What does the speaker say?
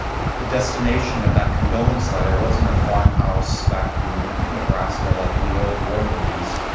the destination of that condolence letter wasn't a farmhouse back and in nebraska like in the old war movies,